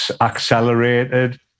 accelerated